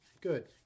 Good